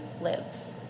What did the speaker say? lives